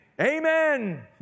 amen